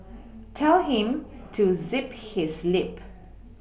tell him to zip his lip